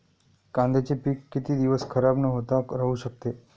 कांद्याचे पीक किती दिवस खराब न होता राहू शकते?